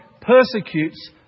persecutes